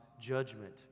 judgment